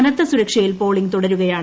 കനത്ത സുരക്ഷയിൽ പോളിംഗ് തുടരുകയാണ്